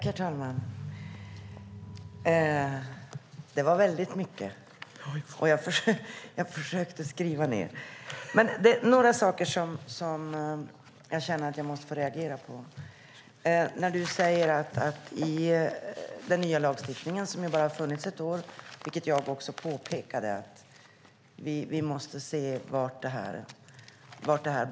Herr talman! Det var väldigt mycket som sades, och jag försökte anteckna. Några saker känner jag att jag måste få reagera på. Den nya lagstiftningen har bara funnits i ett år, och jag påpekade också att vi måste se vartåt det bär.